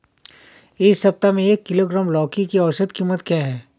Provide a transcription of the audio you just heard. इस सप्ताह में एक किलोग्राम लौकी की औसत कीमत क्या है?